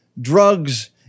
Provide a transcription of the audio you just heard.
drugs